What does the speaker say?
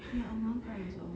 then amar cry also